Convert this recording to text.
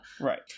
Right